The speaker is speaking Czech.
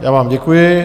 Já vám děkuji.